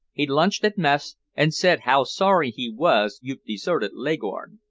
he lunched at mess, and said how sorry he was you'd deserted leghorn.